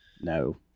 No